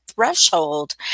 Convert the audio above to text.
threshold